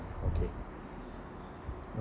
okay